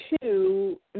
two